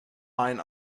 main